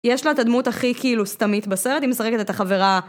יש לה את הדמות הכי כאילו סתמית בסרט, היא משחקת את החברה..